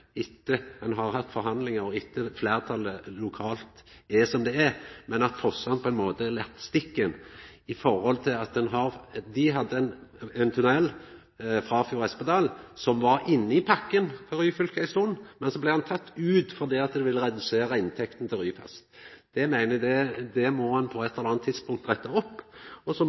etter at ein har hatt forhandlingar, og etter at fleirtalet lokalt er som det er, men fordi ein på ein måte er laten i stikken med omsyn til at dei hadde ein tunnel, Espedal–Frafjord, som låg inne i pakken for Ryfylke ei stund, men så blei han teken ut, fordi det ville redusera inntekta til Ryfast. Det meiner eg at ein på eit eller anna tidspunkt må retta opp, og